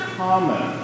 common